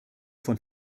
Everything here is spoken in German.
von